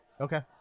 Okay